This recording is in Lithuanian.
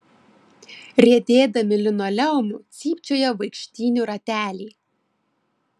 riedėdami linoleumu cypčioja vaikštynių rateliai